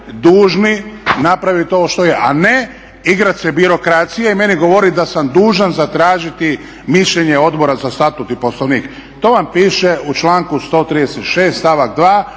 dužni napraviti ovo što je, a ne igrati se birokracije i meni govoriti da sam dužan zatražiti mišljenje Odbora za Statut i Poslovnik. To vam piše u članku 136.stavak 2.u